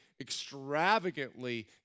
extravagantly